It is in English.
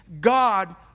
God